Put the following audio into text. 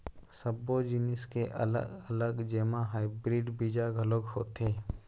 सब्बो जिनिस के अलग अलग जेमा हाइब्रिड बीजा घलोक होथे